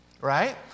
Right